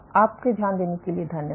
आपके ध्यान देने के लिए धन्यवाद